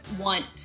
want